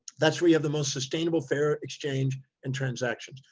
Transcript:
that's where you have the most sustainable fair exchange and transactions.